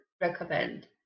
recommend